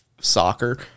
soccer